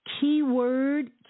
Keyword